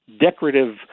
decorative